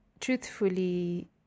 truthfully